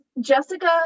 Jessica